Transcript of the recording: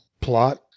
Plot